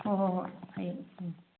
ꯍꯣꯏ ꯍꯣꯏ ꯍꯣꯏ ꯍꯌꯦꯡ ꯎꯝ